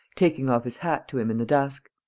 taking off his hat to him in the dusk.